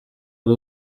ari